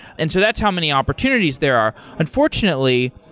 and so that's how many opportunities there are. unfortunately,